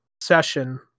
session